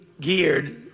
geared